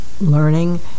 learning